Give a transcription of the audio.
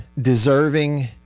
deserving